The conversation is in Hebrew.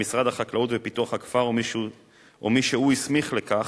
במשרד החקלאות ופיקוח הכפר או מי שהוא הסמיך לכך,